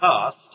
past